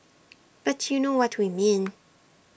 but you know what we mean